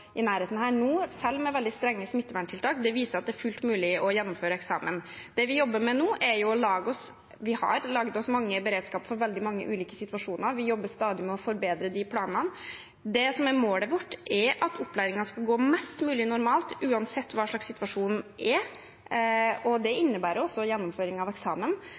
i nærheten, selv med veldig strenge smitteverntiltak, viser at det er fullt mulig å gjennomføre eksamen. Vi har laget beredskap for veldig mange ulike situasjoner, og vi jobber stadig med å forbedre de planene. Det som er målet vårt, er at opplæringen skal gå mest mulig normalt uansett hva slags situasjon som er, og det innebærer også gjennomføring av eksamen.